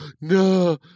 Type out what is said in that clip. no